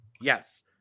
Yes